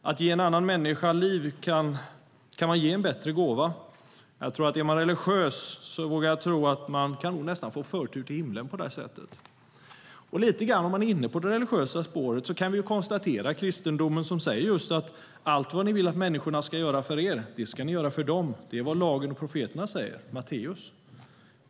Att ge en annan människa liv - kan man ge en bättre gåva? Är man religiös vågar jag tro att man nog kan få förtur till himlen på det sättet. Om vi är inne på det religiösa spåret kan vi konstatera att kristendomen säger: "Allt vad ni vill att människorna skall göra för er, det skall ni också göra för dem. Det är vad lagen och profeterna säger." Det står i Matteusevangeliet.